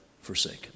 forsaken